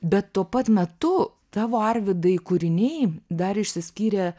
bet tuo pat metu tavo arvydai kūriniai dar išsiskyrė